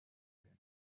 him